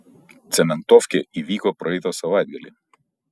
cementofkė įvyko praeitą savaitgalį